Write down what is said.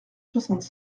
soixante